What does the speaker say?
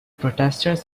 protesters